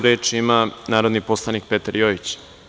Reč ima narodni poslanik Petar Jojić.